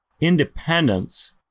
independence